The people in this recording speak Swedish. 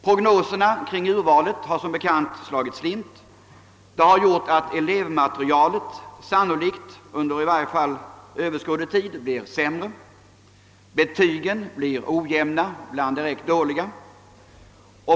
Prognoserna beträffande urvalet har som bekant slagit slint, vilket gjort att elevmaterialet i varje fall under överskådlig tid sannolikt blir sämre, betygen ojämna och ibland direkt dåliga.